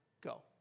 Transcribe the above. go